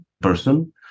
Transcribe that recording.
person